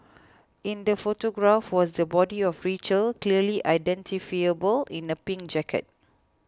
in the photograph was the body of Rachel clearly identifiable in a pink jacket